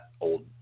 old